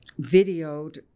videoed